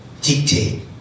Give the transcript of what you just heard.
dictate